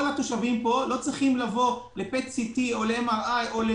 התושבים פה צריכים לבוא לבדיקות רגיל.